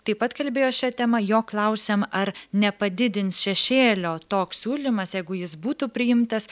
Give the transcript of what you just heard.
taip pat kalbėjo šia tema jo klausiam ar nepadidins šešėlio toks siūlymas jeigu jis būtų priimtas